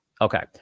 Okay